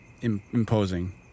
imposing